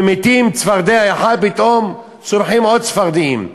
ממיתים צפרדע אחת, פתאום צומחות עוד צפרדעים.